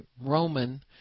Roman